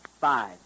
five